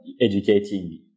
educating